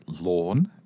lawn